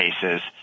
cases